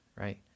right